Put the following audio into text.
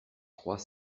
trois